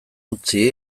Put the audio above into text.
utzi